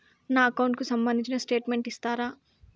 నా అకౌంట్ కు సంబంధించిన స్టేట్మెంట్స్ ఇస్తారా